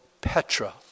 Petra